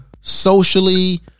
socially